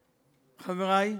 חברי,